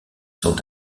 sont